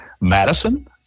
Madison